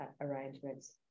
arrangements